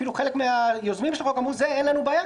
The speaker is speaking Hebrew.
אפילו חלק מהיוזמים של החוק אמרו: עם זה אין לנו בעיה,